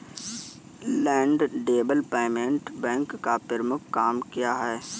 Land development bank का प्रमुख काम क्या है?